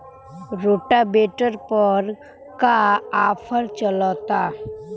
Rotavator पर का offer चलता?